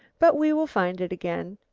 but we will find it again.